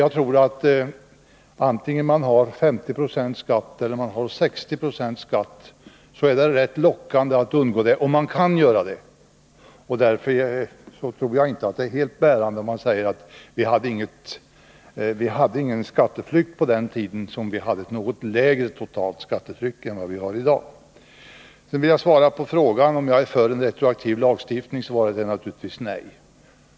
Jag tror att vare sig man har en 50 eller 60-procentig skatt är det rätt lockande att undgå den, om man kan göra det. Därför tror jag inte att det är helt riktigt att säga att vi inte hade någon skatteflykt på den tiden då vi hade ett något lägre totalt skattetryck än det vi har i dag. Sedan vill jag svara på frågan om jag är för retroaktiv lagstiftning. Mitt svar är naturligtvis nej.